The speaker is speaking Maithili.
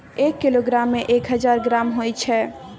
एक किलोग्राम में एक हजार ग्राम होय छै